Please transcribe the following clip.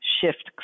shift